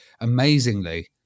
amazingly